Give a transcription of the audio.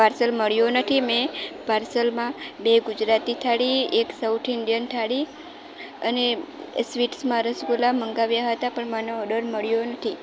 parcel મળ્યું નથી મેં પાર્સલમાં બે ગુજરાતી થાળી એક સાઉથ ઈન્ડિયન થાળી અને સ્વીટ્સમાં રસગુલ્લા મંગાવ્યા હતા પણ મને ઓર્ડર મળ્યો નથી